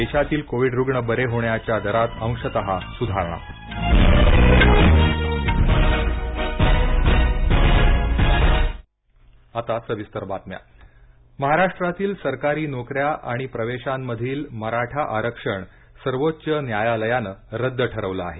देशातील कोविड रुग्ण बरे होण्याच्या दरात अंशता सुधारणा मराठा आरक्षण महाराष्ट्रातील सरकारी नोकऱ्या आणि प्रवेशामधील मराठा आरक्षण सर्वोच्च न्यायालयानं रद्द ठरवलं आहे